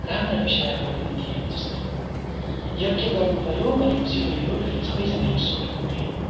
राम्रा विषयहरू पनि थिए जस्तै यज्ञ गर्नुपऱ्यो भनेपछि उनीहरू सबैजना एकजुट हुन्थे